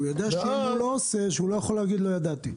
והוא יודע שאם הוא לא עושה שהוא לא יוכל להגיד לא ידעתי.